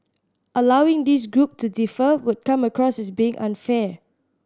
allowing this group to defer would come across as being unfair